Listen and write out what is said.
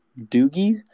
doogies